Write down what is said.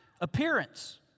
appearance